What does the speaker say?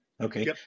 Okay